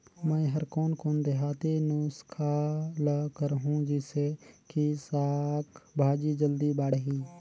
मै हर कोन कोन देहाती नुस्खा ल करहूं? जिसे कि साक भाजी जल्दी बाड़ही?